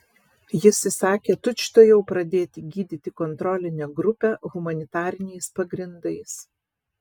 jis įsakė tučtuojau pradėti gydyti kontrolinę grupę humanitariniais pagrindais